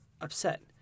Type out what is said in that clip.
upset